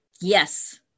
Yes